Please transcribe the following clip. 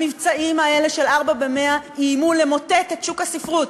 המבצעים האלה של ארבעה ב-100 איימו למוטט את שוק הספרות,